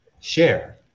share